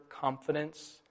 confidence